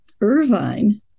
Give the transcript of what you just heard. Irvine